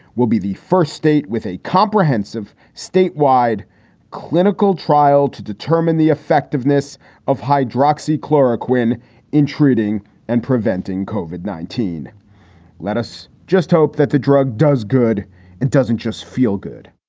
will be the first state with a comprehensive statewide clinical trial to determine the effectiveness of hydroxy chloroquine in treating and preventing cauvin nineteen point let us just hope that the drug does good and doesn't just feel good